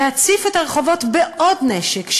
להציף את הרחובות בעוד נשק,